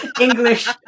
English